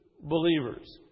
believers